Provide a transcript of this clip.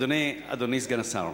אדוני סגן השר,